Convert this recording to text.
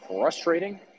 frustrating